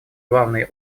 главные